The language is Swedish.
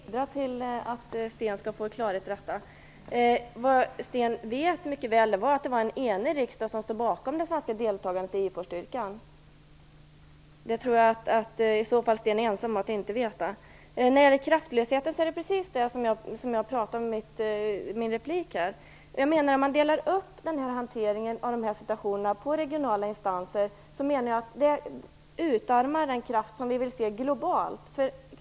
Fru talman! Jag hoppas att det här skall leda till att Sten Tolgfors får klarhet i detta. Sten Tolgfors vet mycket väl att det var en enig riksdag som stod bakom deltagandet i Eufor-styrkan. I annat fall är Sten Tolgfors ensam om att inte veta det. När det gäller kraftlösheten är det precis så som jag sade i min förra replik. Man delar upp hanteringen av dessa situationer på regionala instanser. Det utarmar den kraft som vi vill se globalt.